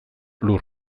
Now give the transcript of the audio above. lur